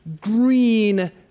green